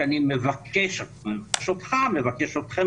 שאני מבקש אותך ואתכם,